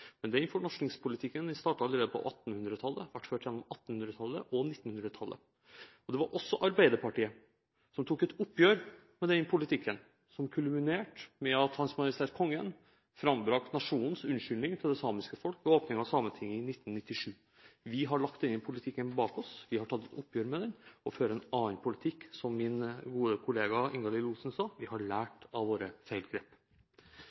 fornorskingspolitikken startet allerede på 1800-tallet og ble ført gjennom 1800-tallet og 1900-tallet. Men det var også Arbeiderpartiet som tok et oppgjør med den politikken, som kulminerte med at Hans Majestet Kongen frambrakte nasjonens unnskyldning til det samiske folk ved åpningen av Sametinget i 1997. Vi har lagt denne politikken bak oss. Vi har tatt et oppgjør med den og fører en annen politikk. Og, som min gode kollega Ingalill Olsen sa, vi har lært av våre feilgrep.